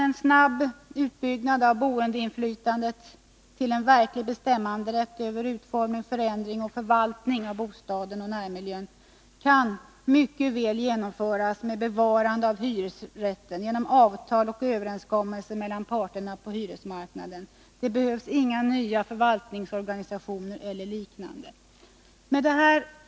En snabb utbyggnad av boendeinflytandet till verklig bestämmanderätt över utformning, förändring och förvaltning av bostaden och närmiljön kan mycket väl genomföras med bevarande av hyresrätten genom avtal och överenskommelser mellan parterna på hyresmarknaden. Det behövs inga nya förvaltningsorganisationer eller liknande. Herr talman!